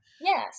Yes